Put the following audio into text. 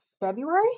February